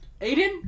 aiden